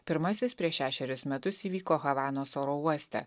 pirmasis prieš šešerius metus įvyko havanos oro uoste